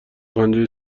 پنجه